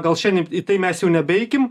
gal šiandien į tai mes jau nebeeikim